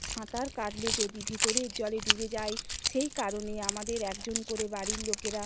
সাঁতার কাটলে যদি ভিতরের জলে ডুবে যায় সেই কারণে আমাদের একজন করে বাড়ির লোকেরা